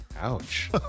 Ouch